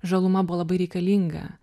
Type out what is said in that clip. žaluma buvo labai reikalinga